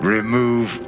Remove